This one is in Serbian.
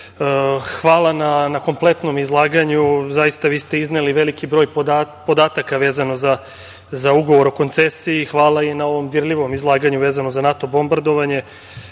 hvala na kompletnom izlaganju, jer ste zaista izneli veliki broj podataka za ugovor o Koncesiji i hvala na ovom dirljivom izlaganju, vezano za NATO bombardovanje. Zaista